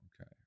Okay